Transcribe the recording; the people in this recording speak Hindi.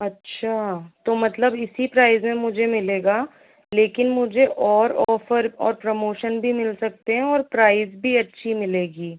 अच्छा तो मतलब इसी प्राइज़ में मुझे मिलेगा लेकिन मुझे और ऑफर और प्रमोशन भी मिल सकते हैं और प्राइज़ भी अच्छी मिलेगी